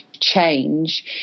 change